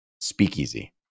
Speakeasy